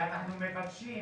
אנחנו מבקשים